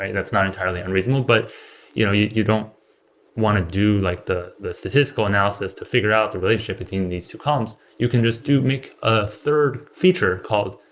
that's not entirely unreasonable, but you know you you don't want to do like the the statistical analysis to figure out the relationship between these two columns you can just do make a third feature called